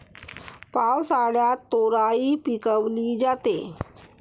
पावसाळ्यात तोराई पिकवली जाते